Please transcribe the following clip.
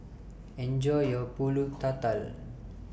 Enjoy your Pulut Tatal